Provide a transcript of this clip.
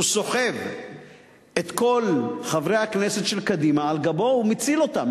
סוחב את כל חברי הכנסת של קדימה על גבו ומציל אותם,